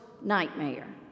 nightmare